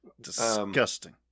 disgusting